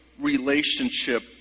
relationship